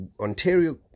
Ontario